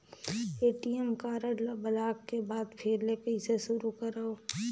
ATM card ल block के बाद फिर ले कइसे शुरू करव?